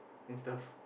and stuff